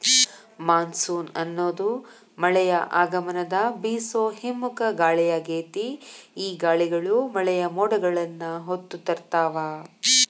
monsoon ಅನ್ನೋದು ಮಳೆಯ ಆಗಮನದ ಬೇಸೋ ಹಿಮ್ಮುಖ ಗಾಳಿಯಾಗೇತಿ, ಈ ಗಾಳಿಗಳು ಮಳೆಯ ಮೋಡಗಳನ್ನ ಹೊತ್ತು ತರ್ತಾವ